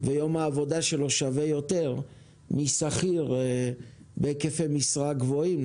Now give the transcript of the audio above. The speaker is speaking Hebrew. ויום העבודה שלו שווה יותר משכיר בהיקפי משרה גבוהים,